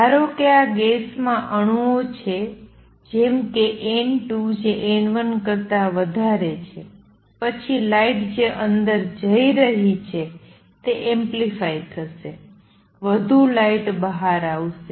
ધારોકે આ ગેસમાં અણુઓ છે જેમ કે N2 જે N1 કરતા વધારે છે પછી લાઇટ જે અંદર જઈ રહી છે તે એમ્પ્લિફાઇ થશે વધુ લાઇટ બહાર આવશે